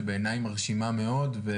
שבעיניי היא מרשימה מאוד.